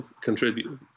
contribute